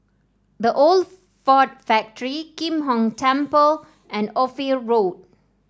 The Old Ford Factory Kim Hong Temple and Ophir Road